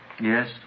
Yes